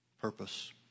purpose